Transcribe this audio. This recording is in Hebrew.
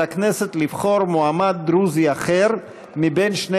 על הכנסת לבחור מועמד דרוזי אחר מבין שני